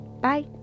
Bye